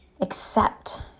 accept